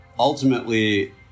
Ultimately